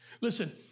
Listen